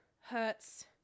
hurts